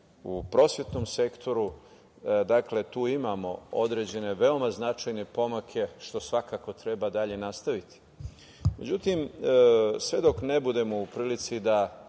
u prosvetnom sektoru. Dakle, tu imamo određene veoma značajne pomake, što svakako treba dalje nastaviti.Međutim, sve dok ne budemo u prilici da,